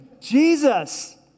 Jesus